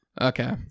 Okay